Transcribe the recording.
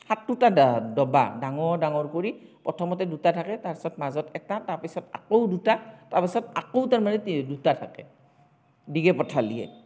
সাতোটা দা দবা ডাঙৰ ডাঙৰ কৰি প্ৰথমতে দুটা থাকে তাৰ পিছত মাজত এটা তাৰ পিছত আকৌ দুটা তাৰ পিছত আকৌ তাৰ মানে দুটা থাকে দীঘে পথালিয়ে